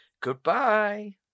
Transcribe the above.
Goodbye